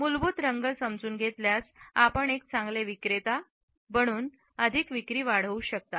मूलभूत रंग समजून घेतल्यास आपण एक चांगले विक्रेता म्हणून अधिक विक्री वाढवू शकता